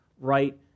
right